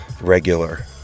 regular